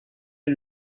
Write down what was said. est